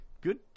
good